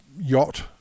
yacht